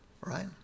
right